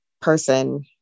person